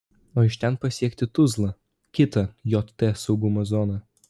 o iš ten pasiekti tuzlą kitą jt saugumo zoną